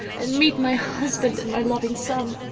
and meet my husband and my loving son!